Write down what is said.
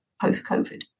post-COVID